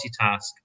multitask